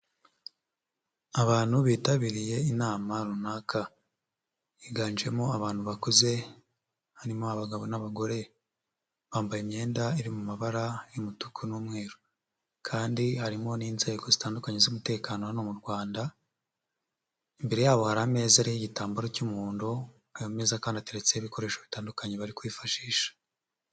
Abantu bitabiriye inama runaka. Higanjemo abantu bakuze harimo abagabo n'abagore. Bambaye imyenda iri mu mabara y'umutuku n'umweru kandi harimo n'inzego zitandukanye z'umutekano hano mu Rwanda. Imbere yabo hari ameza ariho igitambaro cy'umuhondo, ayo meza kandi ateretseho ibikoresho bitandukanye bari kwifashisha.